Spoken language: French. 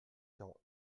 quarante